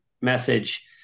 message